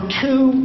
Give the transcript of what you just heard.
two